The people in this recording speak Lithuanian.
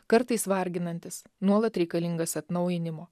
kartais varginantis nuolat reikalingas atnaujinimo